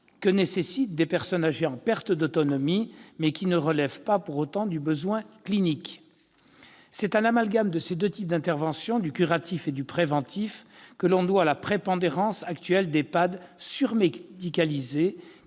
que nécessitent des personnes âgées en perte d'autonomie, mais qui ne relève pas pour autant du besoin clinique. C'est à l'amalgame de ces deux types d'intervention, du curatif et du préventif, que l'on doit la prépondérance actuelle d'EHPAD surmédicalisés